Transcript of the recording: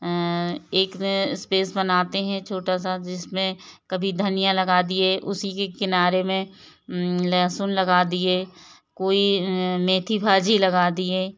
एक में एस्पेस बनाते हैं छोटा सा जिसमें कभी धनिया लगा दिए उसी के किनारे में लहसुन लगा दिए कोई मेथी भाजी लगा दिए